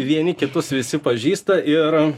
vieni kitus visi pažįsta ir